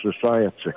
society